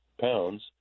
pounds